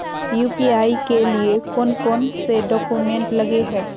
UPI के लिए कौन कौन से डॉक्यूमेंट लगे है?